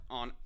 on